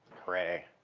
hooray.